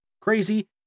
crazy